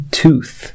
tooth